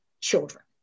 children